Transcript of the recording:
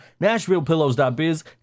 nashvillepillows.biz